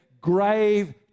grave